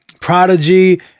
prodigy